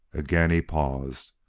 again he paused.